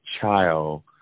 child